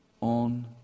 on